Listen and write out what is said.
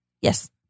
Yes